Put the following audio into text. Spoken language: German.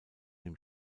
dem